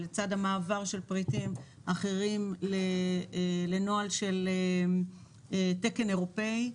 ולצד המעבר של פריטים אחרים לנוהל של תקן אירופאי,